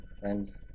Friends